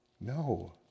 No